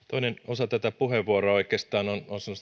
toinen osa tätä puheenvuoroa oikeastaan on